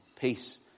Peace